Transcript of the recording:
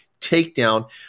takedown